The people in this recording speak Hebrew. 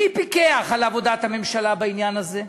מי פיקח על עבודת הממשלה בעניין הזה?